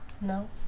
No